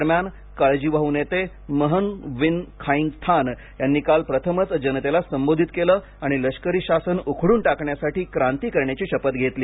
दरम्यान काळजीवाहू नेते महन विन खाइंग थान यांनी काल प्रथमच जनतेला संबोधित केले आणि लष्करी शासन उखडून टाकण्यासाठी क्रांती करण्याची शपथ घेतली